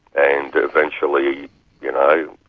and eventually you know,